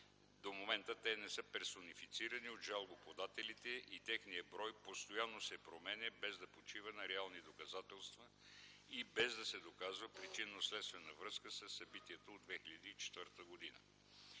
до момента те да не са персонифицирани от жалбоподателите и техния брой постоянно да се променя, без да почива на реални доказателства и без да се доказва причинно-следствена връзка със събитията от 2004 г.